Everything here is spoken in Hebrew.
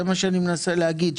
זה מה שאני מנסה להגיד,